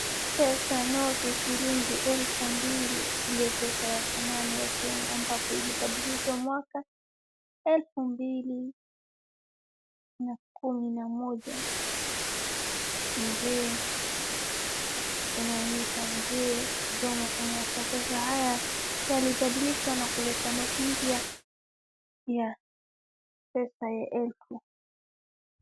Pesa noti shilingi elfu mbili ndio pesa ya zamani ya Kenya ambapo ilibadilishwa mwaka elfu mbili na kumi na moja. Inaonyesha mzee Jomo Kenyatta. Pesa haya yalibadilishwa na kuleta noti mpya ya pesa ya elfu.